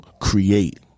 create